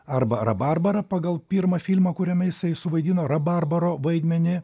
arba rabarbarą pagal pirmą filmą kuriame jisai suvaidino rabarbaro vaidmenį